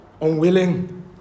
Unwilling